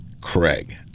Craig